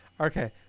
Okay